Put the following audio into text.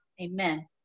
Amen